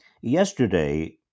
Yesterday